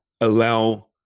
allow